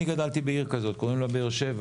אני גדלתי בעיר כזאת, קוראים לה באר שבע.